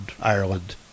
Ireland